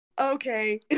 Okay